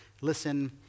listen